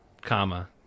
comma